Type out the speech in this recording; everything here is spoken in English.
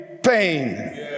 pain